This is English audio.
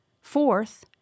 Fourth